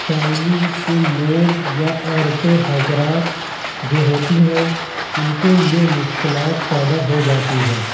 family کے لوگ یا عورتیں حضرات جو ہوتی ہیں اُن کے لیے مشکلات پیدا ہو جاتی ہیں